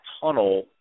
tunnel